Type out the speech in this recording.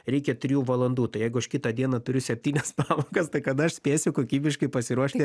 reikia trijų valandų tai jeigu aš kitą dieną turiu septynias pamokas tai kada aš spėsiu kokybiškai pasiruošti